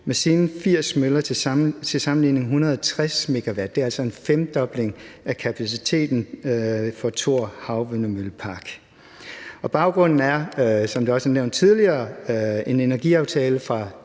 med sine 80 møller til sammenligning 160 MW. Det er altså en femdobling af den kapacitet med Thor Havvindmøllepark. Baggrunden er, som det også er nævnt tidligere, en energiaftale fra